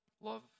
Love